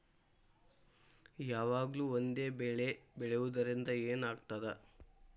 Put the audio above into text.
ಯಾವಾಗ್ಲೂ ಒಂದೇ ಬೆಳಿ ಬೆಳೆಯುವುದರಿಂದ ಏನ್ ಆಗ್ತದ?